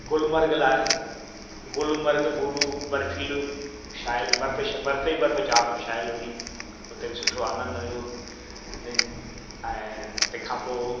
गुलमर्ग ला गुलमर्ग बर्फ़ीली छायलु बर्फ़ीश बर्फ़ ई बर्फ़ चारो तरफ़ छायलु हुई हुते बि सुठो आनंद हुओ हिन ई ऐं तंहिंखां पोइ